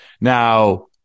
Now